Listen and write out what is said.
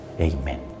Amen